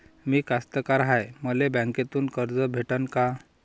मी कास्तकार हाय, मले बँकेतून कर्ज भेटन का?